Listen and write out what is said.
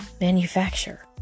manufacture